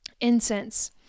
incense